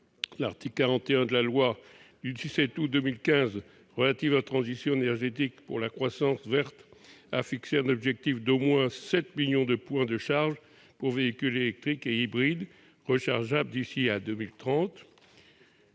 L'article 41 de la loi du 17 août 2015 relative à la transition énergétique pour la croissance verte a fixé l'objectif d'au moins 7 millions de points de charge pour les véhicules électriques et hybrides rechargeables d'ici à 2030.